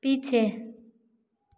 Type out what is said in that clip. पीछे